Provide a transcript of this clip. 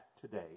today